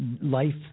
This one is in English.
life